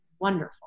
wonderful